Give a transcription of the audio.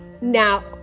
Now